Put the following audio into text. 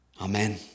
Amen